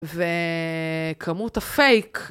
וכמות הפייק.